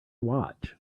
watch